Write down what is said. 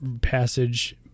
passage